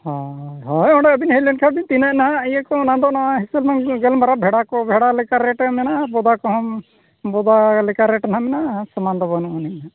ᱦᱮᱸ ᱦᱚᱭ ᱚᱸᱰᱮ ᱟᱵᱤᱱ ᱦᱮᱡᱞᱮᱱ ᱠᱷᱟᱱᱵᱤᱱ ᱛᱤᱱᱟᱹᱜ ᱱᱟᱦᱟᱜ ᱤᱭᱟᱹᱠᱚ ᱚᱱᱟᱫᱚ ᱚᱱᱟ ᱦᱤᱥᱟᱹᱵᱽ ᱜᱟᱞᱢᱟᱨᱟᱣ ᱵᱷᱮᱰᱟᱠᱚ ᱵᱷᱮᱰᱟᱞᱮᱠᱟ ᱨᱮᱹᱴ ᱮᱢ ᱢᱮᱱᱟᱜᱼᱟ ᱵᱚᱫᱟᱠᱚᱦᱚᱸ ᱵᱚᱫᱟᱞᱮᱠᱟ ᱨᱮᱹᱴ ᱱᱟᱦᱟᱜ ᱢᱮᱱᱟᱜᱼᱟ ᱥᱚᱢᱟᱱᱫᱚ ᱵᱟᱹᱱᱩᱜ ᱟᱹᱱᱤᱡ ᱱᱟᱦᱟᱜ